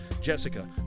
Jessica